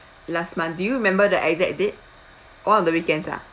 last month do you remember the exact date one of the weekends ah